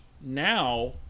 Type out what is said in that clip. now